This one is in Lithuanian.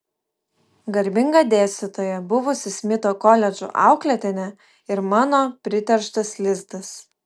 garbinga dėstytoja buvusi smito koledžo auklėtinė ir mano priterštas lizdas